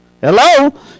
Hello